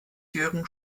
jürgen